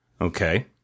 Okay